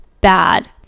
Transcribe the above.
bad